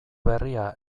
berria